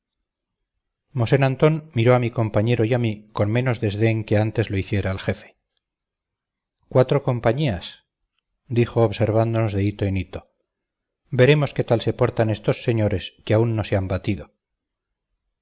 antón miró a mi compañero y a mí con menos desdén que antes lo hiciera el jefe cuatro compañías dijo observándonos de hito en hito veremos qué tal se portan estos señores que aún no se han batido